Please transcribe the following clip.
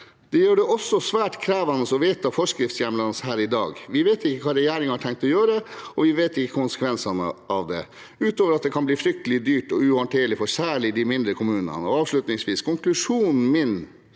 Dette gjør det også svært krevende å vedta forskriftshjemlene her i dag. Vi vet ikke hva regjeringen har tenkt å gjøre, og vi vet ikke konsekvensene av det – utover at det kan bli fryktelig dyrt og uhåndterlig for særlig de mindre kommunene. Konklusjonen min